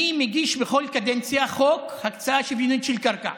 אני מגיש בכל קדנציה חוק הקצאה שוויונית של קרקע,